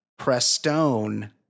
Prestone